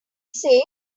say